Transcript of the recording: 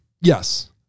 Yes